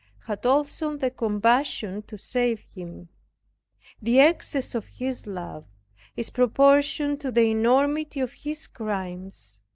had also the compassion to save him the excess of his love is proportioned to the enormity of his crimes,